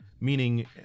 meaning